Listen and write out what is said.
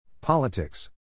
Politics